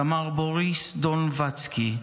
סמ"ר בוריס דונבצקי,